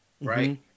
right